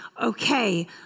okay